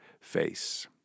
face